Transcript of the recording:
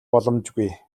боломжгүй